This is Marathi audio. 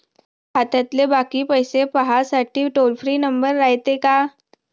खात्यातले बाकी पैसे पाहासाठी टोल फ्री नंबर रायते का?